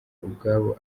ubwabo